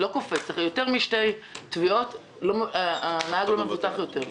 עם יותר משתי תביעות הנהג לא מבוטח יותר,